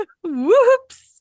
whoops